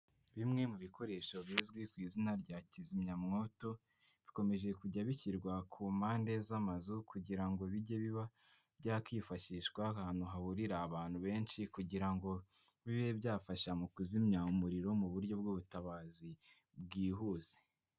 Bimwe mu bikoresho bizwi ku izina rya kizimyamwoto, bikomeje kujya bishyirwa ku mpande z'amazu, kugira ngo bijye biba byakwifashishwa ahantu hahurira abantu benshi, kugira ngo bibe byafasha mu kuzimya umuriro mu buryo bw'ubutabazi bwihuse.